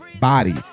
body